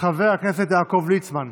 חבר הכנסת יעקב ליצמן,